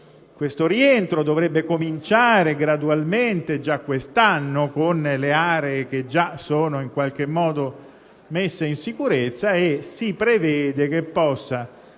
Questo rientro dovrebbe cominciare gradualmente già questo anno nelle aree che già sono in qualche modo messe in sicurezza e si prevede che possa